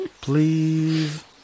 Please